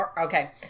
Okay